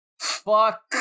fuck